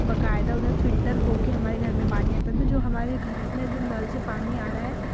बकायदा उधर फिल्टर होके हमारे घर में पानी आता है तो जो हमारे घर में जो नल से पानी आ रहा है